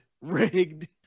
Rigged